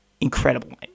incredible